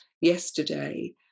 yesterday